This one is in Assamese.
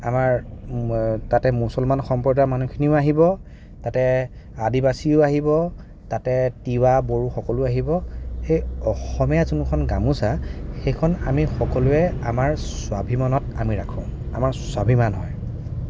আমাৰ তাতে মুছলমান সম্প্ৰদায়ৰ মানুহখিনিও আহিব তাতে আদিবাসীও আহিব তাতে তিৱা বড়ো সকলো আহিব সেই অসমীয়া যোনখন গামোচা সেইখন আমি সকলোৱে আমাৰ স্বাভিমানত আমি ৰাখোঁ আমাৰ স্বাভিমান হয়